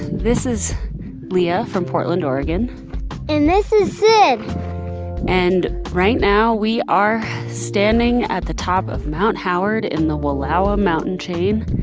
this is leah from portland, ore and this is sid and right now we are standing at the top of mount howard in the wallowa mountain chain.